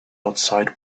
outside